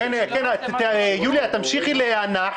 יוליה, תמשיכי להיאנח.